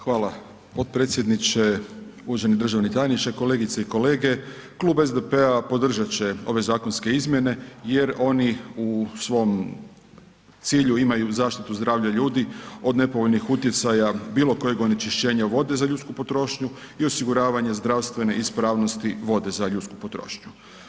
Hvala potpredsjedniče, uvaženi državni tajniče, kolegice i kolege, Klub SDP-a podržat će ove zakonske izmjene jer oni u svom cilju imaju zaštitu zdravlja ljudi od nepovoljnih utjecaja bilo kojeg onečišćenja vode za ljudsku potrošnju i osiguravanje zdravstvene ispravnosti vode za ljudsku potrošnju.